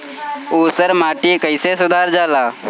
ऊसर माटी कईसे सुधार जाला?